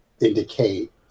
indicate